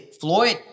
Floyd